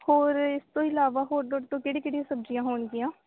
ਹੋਰ ਇਸ ਤੋਂ ਇਲਾਵਾ ਹੋਰ ਤੁਹਾਡੇ ਕੋਲ ਕਿਹੜੀਆਂ ਕਿਹੜੀਆਂ ਸਬਜ਼ੀਆਂ ਹੋਣਗੀਆਂ